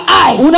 eyes